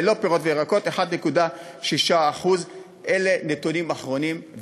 ללא פירות וירקות: מינוס 1.6% אלה נתונים אחרונים.